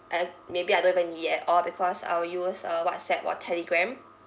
uh maybe I don't even need it at all because I will use uh whatsapp or telegram